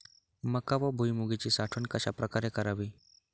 मका व भुईमूगाची साठवण कशाप्रकारे करावी?